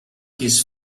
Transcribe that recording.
his